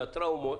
מהטראומות,